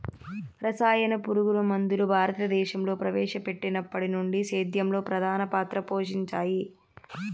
రసాయన పురుగుమందులు భారతదేశంలో ప్రవేశపెట్టినప్పటి నుండి సేద్యంలో ప్రధాన పాత్ర పోషించాయి